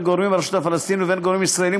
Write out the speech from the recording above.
גורמים ברשות הפלסטינית ובין גורמים ישראליים,